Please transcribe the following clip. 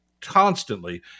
constantly